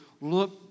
look